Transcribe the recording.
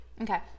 okay